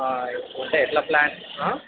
అంటే ఎట్లా ప్లాన్